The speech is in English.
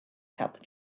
cup